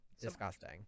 Disgusting